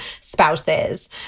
spouses